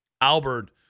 Albert